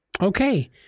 okay